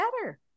better